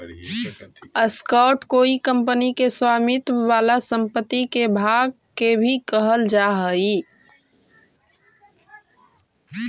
stock कोई company के स्वामित्व वाला संपत्ति के भाग के भी कहल जा हई